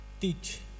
teach